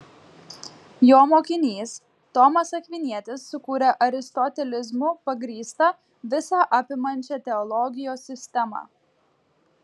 jo mokinys tomas akvinietis sukūrė aristotelizmu pagrįstą visa apimančią teologijos sistemą